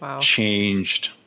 changed